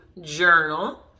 journal